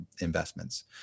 investments